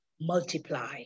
multiply